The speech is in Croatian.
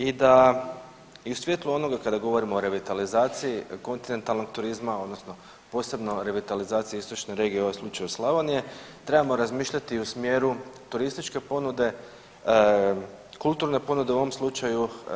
I da u svjetlu onoga kad govorimo o revitalizaciji kontinentalnog turizma odnosno posebno revitalizaciji istočne regije ovom slučaju Slavonije trebamo razmišljati u smjeru turističke ponude, kulturne ponude u ovom slučaju.